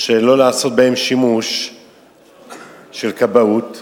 שלא לעשות בהם שימוש של כבאות.